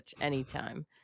anytime